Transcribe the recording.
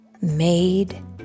made